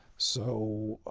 so,